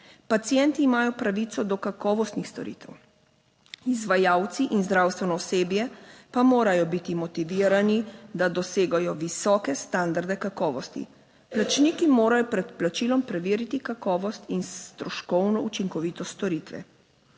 Pacienti imajo pravico do kakovostnih storitev. Izvajalci in zdravstveno osebje pa morajo biti motivirani, da dosegajo visoke standarde kakovosti. Plačniki morajo pred plačilom preveriti kakovost in stroškovno učinkovitost storitve.